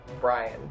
Brian